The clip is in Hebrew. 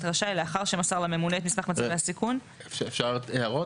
(ב) --- אפשר הערות